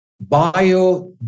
bio